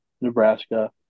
Nebraska